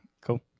Cool